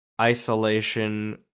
isolation